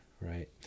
Right